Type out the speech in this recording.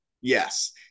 Yes